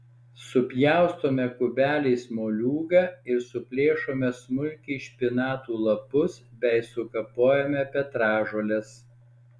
supjaustome kubeliais moliūgą ir suplėšome smulkiai špinatų lapus bei sukapojame petražoles